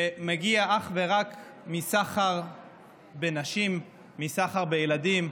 שמגיע אך ורק מסחר בנשים, מסחר בילדים,